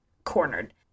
Cornered